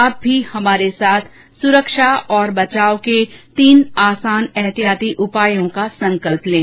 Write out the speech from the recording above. आप भी हमारे साथ सुरक्षा और बचाव के तीन आसान एहतियाती उपायों का संकल्प लें